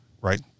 right